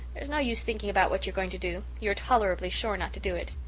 there's no use thinking about what you're going to do you are tolerably sure not to do it.